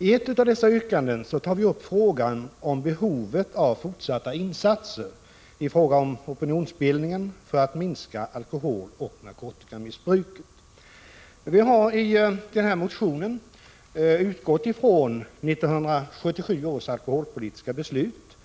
I ett av dessa yrkanden tar vi upp frågan om behovet av fortsatta insatser inom opinionsbildningen för att minska alkoholoch narkotikamissbruket. Vi har i motionen utgått från 1977 års alkoholpolitiska beslut